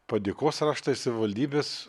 padėkos raštą iš savivaldybės